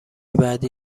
بعدی